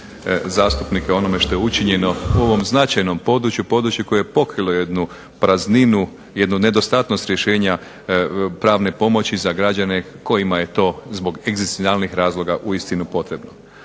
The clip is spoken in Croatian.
zastupnike o onome što je učinjeno u ovom značajnom području, području koje je pokrilo jednu prazninu, jednu nedostatnost rješenja pravne pomoći za građane kojima je to zbog egzistencijalnih razloga uistinu potrebno.